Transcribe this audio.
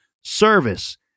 service